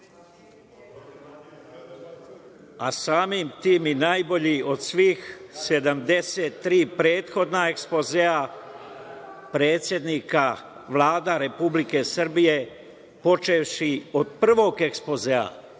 a samim tim, i najbolji od svih 73 prethodna ekspozea predsednika vlada Republike Srbije počevši od prvog ekspozea